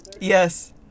yes